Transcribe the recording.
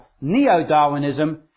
Neo-Darwinism